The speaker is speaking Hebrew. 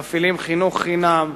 ומפעילים חינוך חינם,